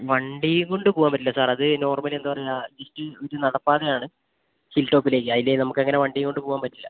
വണ്ടിയും കൊണ്ട് പോകാൻ പറ്റില്ല സർ അത് നോർമലി എന്താപറയാ ഇത് നടപ്പാതയാണ് ഹിൽ ടോപ്പിലല്ലേ അതിലേ നമുക്കങ്ങനെ വണ്ടിയും കൊണ്ടുപോകാൻ പറ്റില്ല